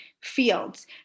fields